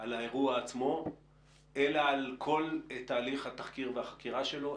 על האירוע עצמו אלא על כל תהליך התחקיר והחקירה שלו.